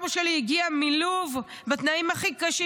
סבא שלי הגיע מלוב בתנאים הכי קשים,